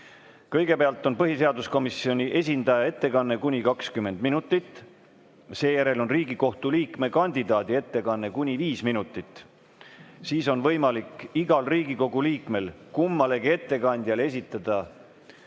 Kõigepealt on põhiseaduskomisjoni esindaja ettekanne kuni 20 minutit, seejärel on Riigikohtu liikme kandidaadi ettekanne kuni viis minutit. Siis on võimalik igal Riigikogu liikmel kummalegi ettekandjale esitada